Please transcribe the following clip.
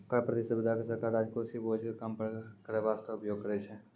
कर प्रतिस्पर्धा के सरकार राजकोषीय बोझ के कम करै बासते उपयोग करै छै